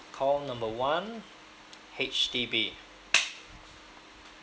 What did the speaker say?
call number one H_D_B